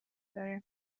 داره